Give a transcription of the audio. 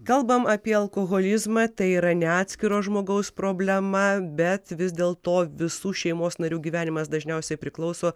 kalbam apie alkoholizmą tai yra ne atskiro žmogaus problema bet vis dėlto visų šeimos narių gyvenimas dažniausiai priklauso